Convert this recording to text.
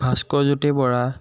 Bhaskarjyoti Bora